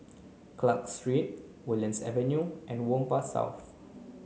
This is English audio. Clarke Street Woodlands Avenue and Whampoa South